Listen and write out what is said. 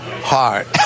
heart